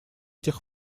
этих